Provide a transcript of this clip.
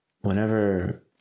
whenever